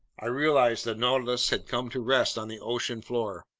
i realized the nautilus had come to rest on the ocean floor.